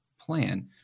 plan